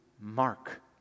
mark